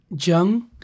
Jung